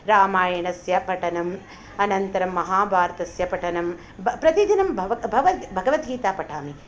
रामायणस्य पठनं अनन्तरं महाभारतस्य पठनं प्रतिदिनं भगवद्गीतां पठामि